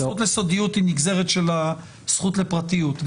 הזכות לסודיות היא נגזרת של הזכות לפרטיות.